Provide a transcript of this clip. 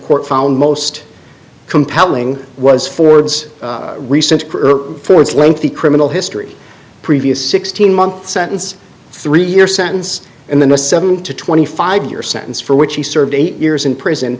court found most compelling was ford's recent forms lengthy criminal history previous sixteen month sentence three year sentence and then a seven to twenty five year sentence for which he served eight years in prison